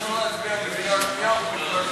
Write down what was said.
ואפשר להצביע בקריאה שנייה ובקריאה שלישית.